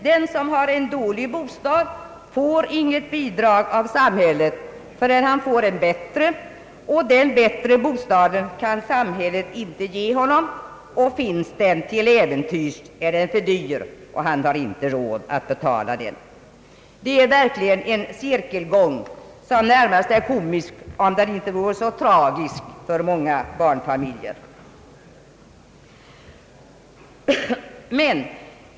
Den som har en dålig bostad får inget bidrag av samhället förrän han får en bättre bostad, och den bättre bostaden kan samhället inte ge honom. Finns den till äventyrs så är den för dyr, och han har inte råd att betala den. Det är verkligen en cirkelgång som närmast är komisk, om den inte vore så tragisk för många barnfamiljer.